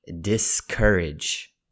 discourage